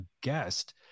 guest